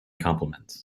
compliments